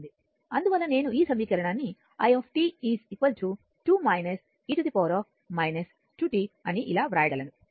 అందువల్ల నేను ఈ సమీకరణాన్ని i 2 e 2t అని ఇలా వ్రాయగలము